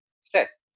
stress